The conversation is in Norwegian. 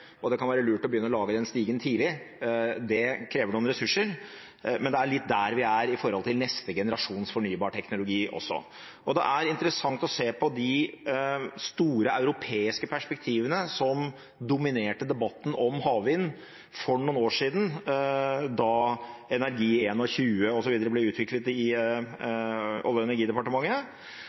og det kan være lurt å begynne å lage den stigen tidlig – det krever noen ressurser. Det er litt der vi er, i forhold til neste generasjons fornybarteknologi også. Det er interessant å se på de store europeiske perspektivene som dominerte debatten om havvind for noen år siden da Energi21 osv. ble utviklet i Olje- og energidepartementet.